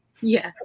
Yes